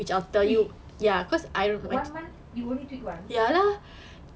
tweet one month you only tweet once